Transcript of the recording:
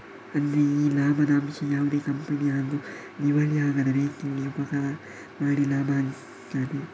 ಅಂದ್ರೆ ಈ ಲಾಭದ ಅಂಶ ಯಾವುದೇ ಕಂಪನಿ ಆದ್ರೂ ದಿವಾಳಿ ಆಗದ ರೀತೀಲಿ ಉಪಕಾರ ಮಾಡಿ ಲಾಭ ಹಂಚ್ತದೆ